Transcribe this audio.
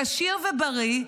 כשיר ובריא,